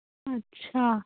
ਅੱਛਾ